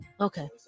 Okay